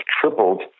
tripled